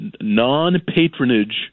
non-patronage